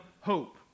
hope